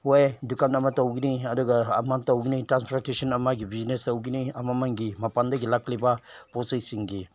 ꯋꯥꯏ ꯗꯨꯀꯥꯟ ꯑꯃ ꯇꯧꯒꯅꯤ ꯑꯗꯨꯒ ꯑꯃ ꯇꯧꯒꯅꯤ ꯇ꯭ꯔꯥꯟꯁꯄꯣꯔꯇꯦꯁꯟ ꯑꯃꯒꯤ ꯕꯤꯖꯤꯅꯦꯖ ꯇꯧꯒꯅꯤ ꯑꯃꯃꯒꯤ ꯃꯄꯥꯟꯗꯒꯤ ꯂꯥꯛꯂꯤꯕ ꯄꯣꯠ ꯆꯩꯁꯤꯡꯒꯤ